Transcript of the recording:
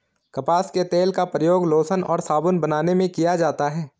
कपास के तेल का प्रयोग लोशन और साबुन बनाने में किया जाता है